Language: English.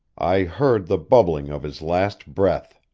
i heard the bubbling of his last breath.